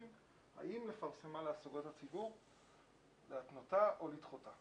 אין שום הצדקה לתת מעמד עודף בעניין הזה.